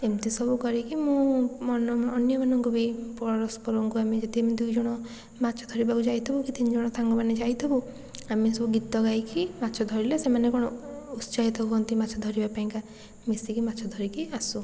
ଏମତି ସବୁ କରିକି ମୁଁ ମନ ଅନ୍ୟମାନଙ୍କୁ ବି ପରସ୍ପରଙ୍କୁ ଆମେ ଯଦି ଦୁଇଜଣ ମାଛ ଧରିବାକୁ ଯାଇଥବୁ କି ତିନିଜଣ ସାଙ୍ଗମାନେ ଯାଇଥବୁ ଆମେ ସବୁ ଗୀତ ଗାଇକି ମାଛ ଧରିଲେ ସେମାନେ କ'ଣ ଉତ୍ସାହିତ ହୁଅନ୍ତି ମାଛ ଧରିବା ପାଇଁକା ମିଶିକି ମାଛ ଧରିକି ଆସୁ